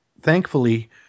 thankfully –